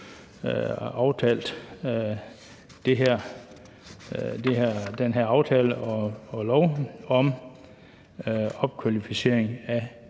har fået lavet den her aftale om opkvalificering af